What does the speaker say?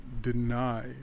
deny